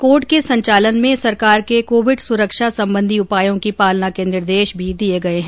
court के संचालन में सरकार के कोविड सुरक्षा संबंधी उपायों की पालना के निर्देश भी दिये गये हैं